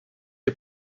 est